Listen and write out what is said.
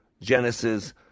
Genesis